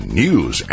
news